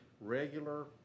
regular